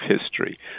history